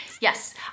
Yes